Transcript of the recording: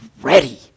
ready